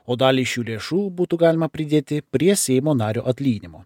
o dalį šių lėšų būtų galima pridėti prie seimo nario atlyginimo